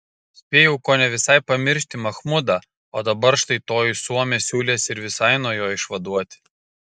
spėjau kone visai pamiršti machmudą o dabar štai toji suomė siūlėsi ir visai nuo jo išvaduoti